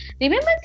Remember